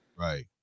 Right